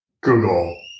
Google